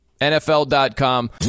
NFL.com